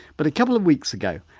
but a couple of weeks ago,